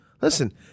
listen